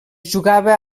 jugava